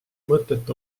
mõtet